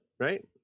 right